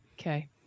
Okay